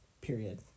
Period